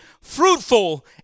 fruitful